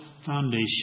foundation